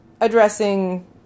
addressing